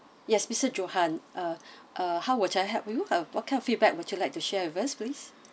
yes mister johan uh uh how would I help you uh what kind of feedback would you like to share with us please